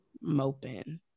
Moping